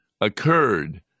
occurred